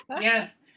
Yes